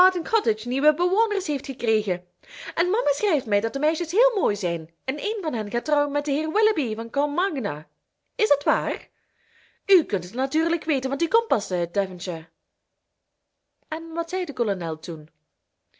cottage nieuwe bewoners heeft gekregen en mama schrijft mij dat de meisjes heel mooi zijn en een van hen gaat trouwen met den heer willoughby van combe magna is dat waar u kunt het natuurlijk weten want u komt pas uit devonshire en wat zei de kolonel toen